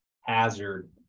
hazard